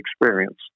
experience